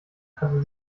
hatte